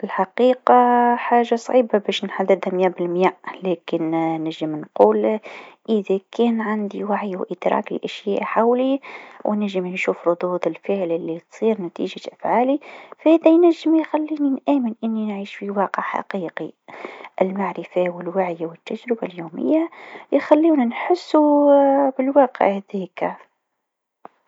من الصعب تأكيد هالشيء، لكن يمكن الاعتماد على الحواس والتجارب. التفكير النقدي مهم، والتأكد من المعلومات من مصادر موثوقة. زادة، إذا كان عندك شعور بالواقع حول العالم من حولك، هذا ينجم يكون دليل على أنك تعيش في الحقيقة.